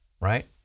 right